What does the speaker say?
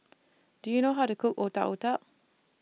Do YOU know How to Cook Otak Otak